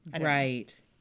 Right